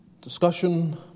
discussion